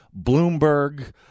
Bloomberg